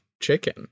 chicken